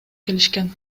келишкен